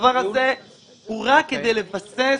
הדבר הזה הוא רק כדי לבסס,